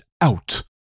out